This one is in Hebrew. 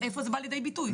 איפה זה בא לידי ביטוי,